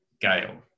gale